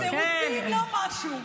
תירוצים לא משהו.